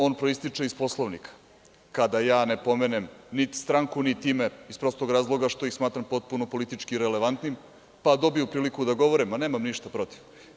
On proističe iz Poslovnika, kada ja ne pomenem niti stranku niti ime, iz prostog razloga što ih smatram potpuno politički relevantnim, pa dobiju priliku da govore, nemam ništa protiv.